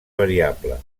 variable